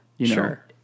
Sure